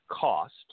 cost